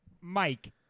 Mike